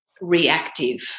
reactive